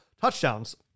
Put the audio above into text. touchdowns